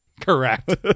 Correct